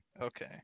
okay